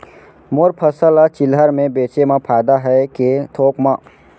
मोर फसल ल चिल्हर में बेचे म फायदा है के थोक म?